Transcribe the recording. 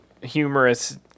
humorous